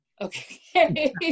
Okay